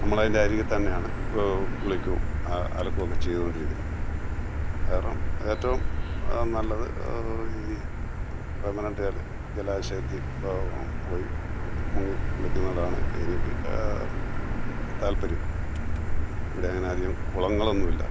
നമ്മൾ അതിൻ്റെ അരികെ തന്നെയാണ് കുളിക്കും അലക്കും ഒക്കെ ചെയ്തുണ്ടിരിക്കുന്നത് കാരണം ഏറ്റവും നല്ലത് ഈ വേമ്പനാട്ട് കായൽ ജലാശയത്തിൽ പോയി മുങ്ങി കുളിക്കുന്നതിനോടാണ് എനിക്ക് താല്പര്യം ഇവിടെ അങ്ങനെ അധികം കുളങ്ങളൊന്നുമില്ല